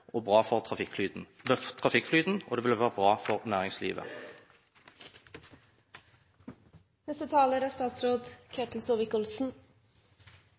og bra for trafikkflyten, og det vil være bra for